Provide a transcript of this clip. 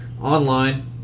online